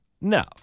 No